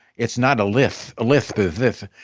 it's not a lisp, a lisp is this.